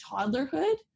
toddlerhood